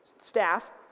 staff